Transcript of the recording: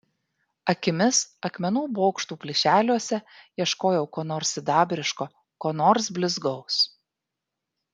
akimis akmenų bokštų plyšeliuose ieškojau ko nors sidabriško ko nors blizgaus